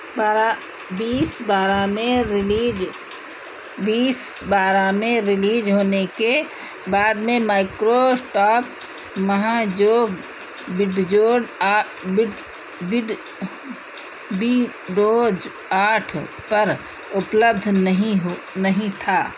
बारह बीस बारह में रिलीज बीस बारह में रिलीज होने के बाद में माइक्रो स्टॉप महाजोग विडजोड आठ बीडोज आठ पर उपलब्ध नहीं हो नहीं था